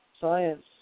science